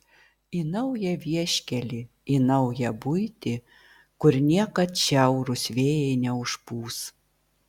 į naują vieškelį į naują buitį kur niekad šiaurūs vėjai neužpūs